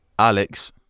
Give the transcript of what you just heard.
Alex